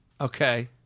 Okay